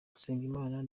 usengimana